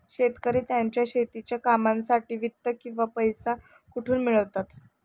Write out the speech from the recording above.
शेतकरी त्यांच्या शेतीच्या कामांसाठी वित्त किंवा पैसा कुठून मिळवतात?